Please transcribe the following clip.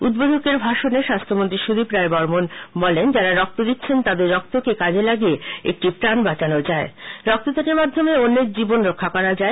উদ্বোধকের ভাষণে স্বাস্হ্যমন্ত্রী সুদীপ রায় বর্মন বলেন যারা রক্ত দিচ্ছেন তাদের রক্তকে কাজে লাগিয়ে একটি প্রাণ বাঁচানো যায় রক্তদানের মাধ্যমে অন্যের জীবন রক্ষা করা যায়